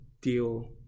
deal